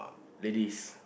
ladies